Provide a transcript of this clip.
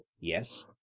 yes